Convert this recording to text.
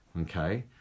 okay